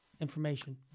information